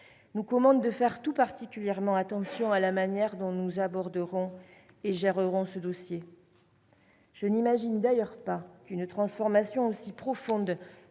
nous commande de faire tout particulièrement attention à la manière dont nous aborderons et traiterons ce dossier. Je n'imagine d'ailleurs pas qu'une transformation aussi profonde